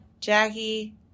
Jackie